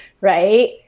Right